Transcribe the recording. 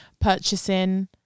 purchasing